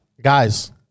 guys